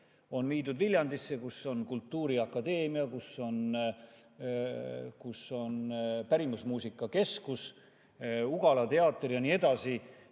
on viidud Viljandisse, kus on kultuuriakadeemia, kus on pärimusmuusika keskus, Ugala teater ja nii edasi,